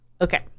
okay